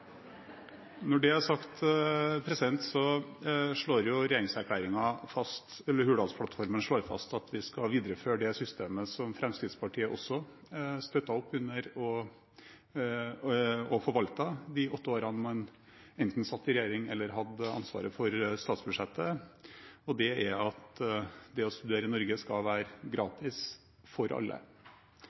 Når det er sagt, slår Hurdalsplattformen fast at vi skal videreføre det systemet som Fremskrittspartiet også støttet opp under og forvaltet i de åtte årene man enten satt i regjering eller hadde ansvaret for statsbudsjettet, og det er at å studere i Norge skal være gratis for alle.